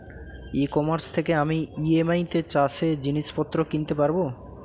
ই commerce থেকে আমি EMI তে চাষে জিনিসপত্র কিনতে পারব?